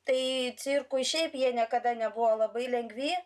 tai cirkui šiaip jie niekada nebuvo labai lengvi